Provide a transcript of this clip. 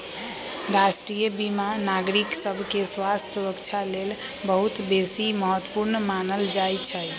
राष्ट्रीय बीमा नागरिक सभके स्वास्थ्य सुरक्षा लेल बहुत बेशी महत्वपूर्ण मानल जाइ छइ